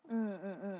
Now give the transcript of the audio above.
mm mm mm